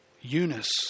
Eunice